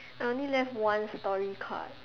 I only left one story card